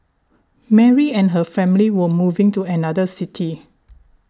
Mary and her family were moving to another city